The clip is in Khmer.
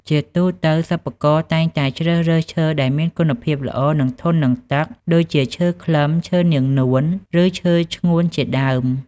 ជាទូទៅ សិប្បករតែងតែជ្រើសរើសឈើដែលមានគុណភាពល្អ និងធន់នឹងទឹក ដូចជាឈើខ្លឹម ឈើនាងនួន ឬឈើឈ្ងួនជាដើម។